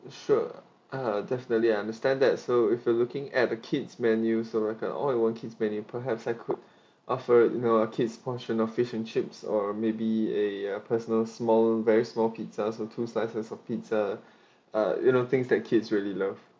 sure uh definitely I understand that so if you're looking at kid's menu so like a all in one kids menu perhaps I could offer you know kids portion of fish and chips or maybe eh a personal small very small pizza so two slices of pizza uh you know things that kids really love